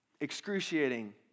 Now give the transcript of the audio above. excruciating